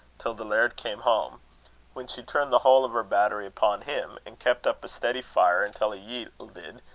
till the laird came home when she turned the whole of her battery upon him, and kept up a steady fire until he yielded,